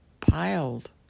piled